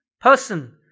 person